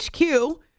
HQ